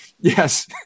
Yes